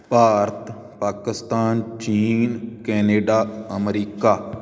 ਭਾਰਤ ਪਾਕਿਸਤਾਨ ਚੀਨ Canada America